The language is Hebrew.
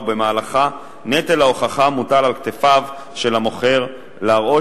ובמהלכה נטל ההוכחה מוטל על כתפיו של המוכר להראות